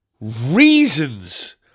Reasons